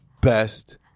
best